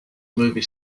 movie